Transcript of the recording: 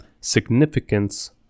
significance